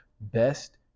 Best